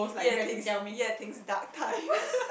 Yue-Ting's Yue-Ting's dark times